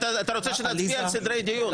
אתה רוצה שנצביע על סדרי דיון.